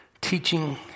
teaching